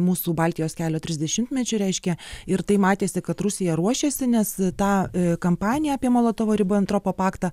mūsų baltijos kelio trisdešimtmečiui reiškia ir tai matėsi kad rusija ruošėsi nes ta kampanija apie molotovo ribentropo paktą